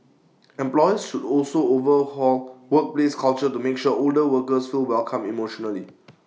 employers should also overhaul workplace culture to make sure older workers feel welcome emotionally